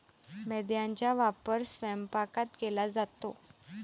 मैद्याचा वापर स्वयंपाकात केला जातो